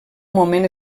moment